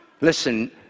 Listen